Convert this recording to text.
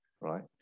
right